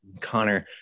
Connor